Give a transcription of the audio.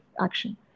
action